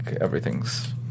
everything's